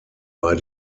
bei